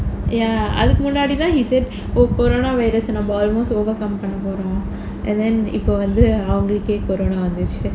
ya அதுக்கு முன்னாடி தான்:athukku munnaadi taan he said oh coronavirus நம்ப:namba almost overcome பண்ண போரோம்:panna poorom and then இப்ப வந்து அவங்களுக்கே:ippa vanthu avangalukkae corona வந்துருச்சி:vanthuruchi